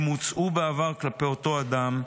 אם הוצאו בעבר כלפי אותו אדם,